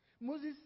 Moses